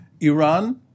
Iran